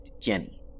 Jenny